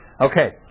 okay